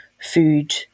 food